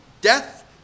death